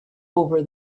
over